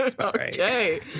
Okay